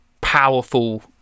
powerful